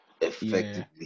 effectively